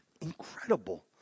Incredible